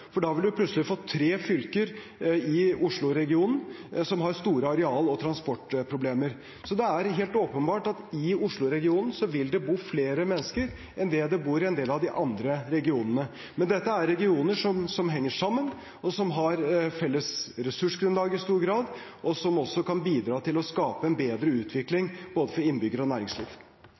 for da ville man plutselig fått tre fylker i Oslo-regionen, som har store areal- og transportproblemer. Det er helt åpenbart at det i Oslo-regionen vil bo flere mennesker enn i en del av de andre regionene. Men dette er regioner som henger sammen, som i stor grad har felles ressursgrunnlag, og som kan bidra til å skape en bedre utvikling for både innbyggere og næringsliv.